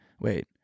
Wait